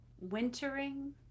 wintering